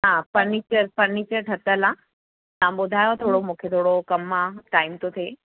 हा furniture furniture ठहियल आहे तव्हां ॿुधायो थोरो मूंखे थोरो कम आहे टाइम थो थिए